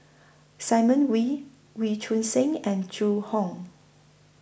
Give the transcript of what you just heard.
Simon Wee Wee Choon Seng and Zhu Hong